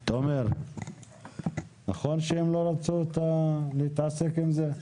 תומר, נכון שהם לא רצו להתעסק עם זה?